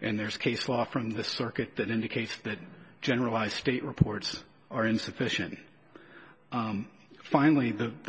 and there's case law from the circuit that indicates that generalized state reports are insufficient finally the the